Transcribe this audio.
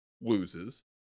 loses